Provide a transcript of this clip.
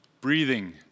breathing